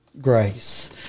grace